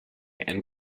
and